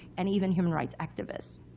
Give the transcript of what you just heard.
and even human rights activists.